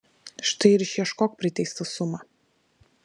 štai ir išieškok priteistą sumą